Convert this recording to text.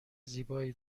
زیبایی